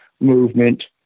movement